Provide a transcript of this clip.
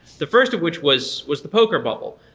the first of which was was the poker bubble.